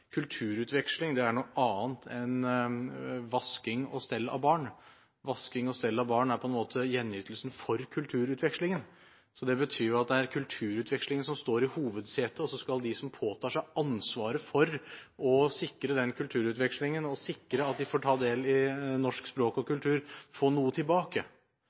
er noe annet enn vasking og stell av barn. Vasking og stell av barn er på en måte gjenytelsen for kulturutvekslingen. Det betyr jo at det er kulturutvekslingen som står i hovedsetet, og så skal de som påtar seg ansvaret for å sikre den kulturutvekslingen og sikre at de får ta del i norsk språk og kultur, få noe tilbake,